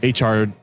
HR